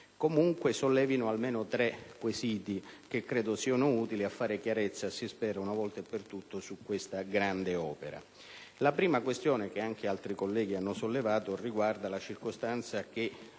comunque sollevino almeno tre quesiti che mi sembrano utili a fare chiarezza, si spera una volta per tutte, su questa grande opera. La prima questione, che anche altri colleghi hanno sollevato, riguarda la circostanza che